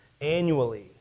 annually